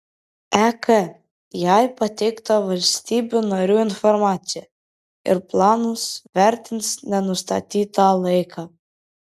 ek jai pateiktą valstybių narių informaciją ir planus vertins nenustatytą laiką